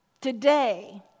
Today